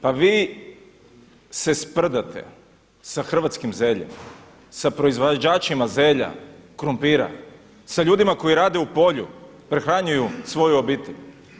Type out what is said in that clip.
Pa vi se sprdate sa hrvatskim zeljem, sa proizvođačima zelja, krumpira, sa ljudima koji rade u polju, prehranjuju svoju obitelj.